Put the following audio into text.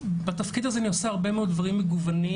בתפקיד הזה אני עושה הרבה מאוד דברים מגוונים.